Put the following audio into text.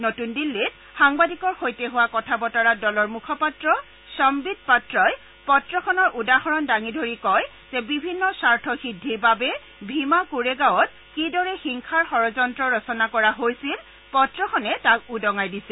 নতূন দিল্লীত সাংবাদিকৰ সৈতে হোৱা কথা বতৰাত দলৰ মুখপাত্ৰ সম্বিত পাত্ৰই পত্ৰখনৰ উদাহৰণ দাঙি ধৰি কয় যে বিভিন্ন স্বাৰ্থ সিদ্ধিৰ বাবে ভীমা কোৰেগাঁৱত কিদৰে হিংসাৰ ষড়যন্ত্ৰ ৰচনা কৰা হৈছিল পত্ৰখনে তাক উদঙাই দিছে